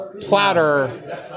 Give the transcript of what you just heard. platter